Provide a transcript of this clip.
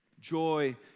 Joy